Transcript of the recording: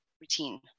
routine